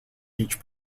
each